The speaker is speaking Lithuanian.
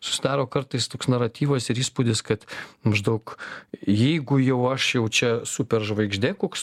susidaro kartais toks naratyvas ir įspūdis kad maždaug jeigu jau aš jau čia superžvaigždė koks